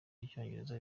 y’icyongereza